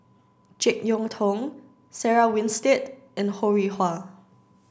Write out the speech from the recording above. Jek Yeun Thong Sarah Winstedt and Ho Rih Hwa